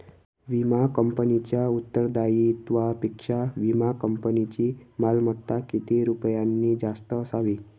विमा कंपनीच्या उत्तरदायित्वापेक्षा विमा कंपनीची मालमत्ता किती रुपयांनी जास्त असावी?